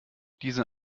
diese